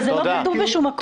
זה לא כתוב שום מקום.